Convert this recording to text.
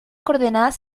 coordenadas